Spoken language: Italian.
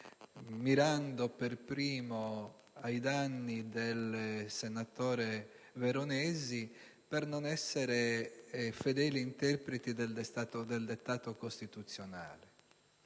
mirando per primo al senatore Veronesi, per non essere fedeli interpreti del dettato costituzionale.